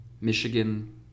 Michigan